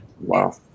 Wow